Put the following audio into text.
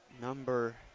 number